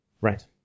right